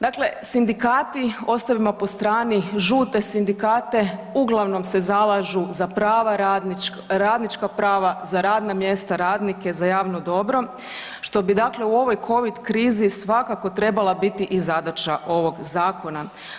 Dakle, sindikati ostavimo po strani žute sindikate uglavnom se zalažu za radnička prava, za radna mjesta, radnike, za javno dobro što bi dakle u ovoj covid krizi svakako trebala biti i zadaća ovog zakona.